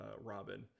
Robin